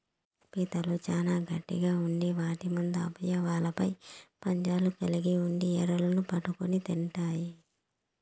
పీతలు చానా గట్టిగ ఉండి వాటి ముందు అవయవాలపై పంజాలు కలిగి ఉండి ఎరలను పట్టుకొని తింటాయి